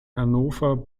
hannover